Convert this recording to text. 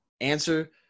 Answer